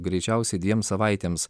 greičiausiai dviem savaitėms